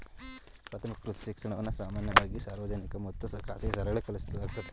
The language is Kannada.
ಪ್ರಾಥಮಿಕ ಕೃಷಿ ಶಿಕ್ಷಣವನ್ನ ಸಾಮಾನ್ಯವಾಗಿ ಸಾರ್ವಜನಿಕ ಮತ್ತು ಖಾಸಗಿ ಶಾಲೆಗಳಲ್ಲಿ ಕಲಿಸಲಾಗ್ತದೆ